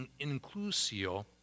inclusio